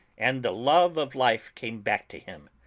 and the love of life came back to him.